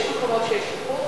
יש מקומות שיש שיפור,